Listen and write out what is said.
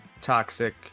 Toxic